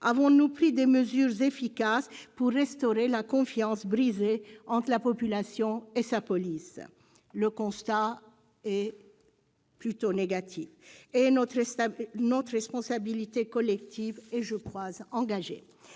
Avons-nous pris des mesures efficaces pour restaurer la confiance brisée entre la population et sa police ? Le constat est plutôt négatif, et notre responsabilité collective est, je crois, engagée.